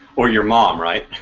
or your mom right?